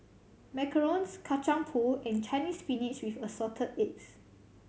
macarons Kacang Pool and Chinese Spinach with Assorted Eggs